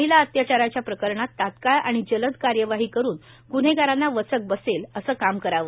महिला अत्याचाराच्या प्रकरणात तात्काळ व जलद कार्यवाही करून ग्न्हेगारांना वचक बसेल असे काम करावे